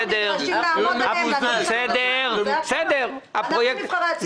אנחנו נדרשים לעזור להם --- אנחנו נבחרי הציבור.